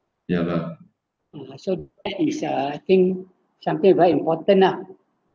ya lah ah so that is a thing something very important ah